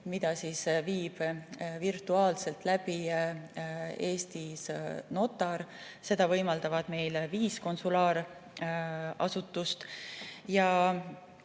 mida viib virtuaalselt läbi Eestis notar. Seda võimaldavad meile viis konsulaarasutust.